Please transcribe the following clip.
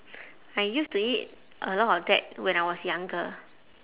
I used to eat a lot of that when I was younger